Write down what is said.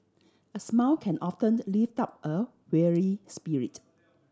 a smile can often lift up a weary spirit